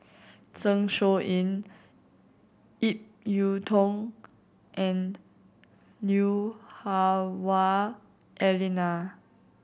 Zeng Shouyin Ip Yiu Tung and Lui Hah Wah Elena